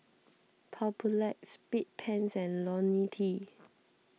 Papulex Bedpans and Ionil T